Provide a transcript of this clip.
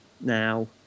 now